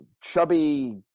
chubby